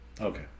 Okay